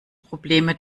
probleme